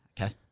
Okay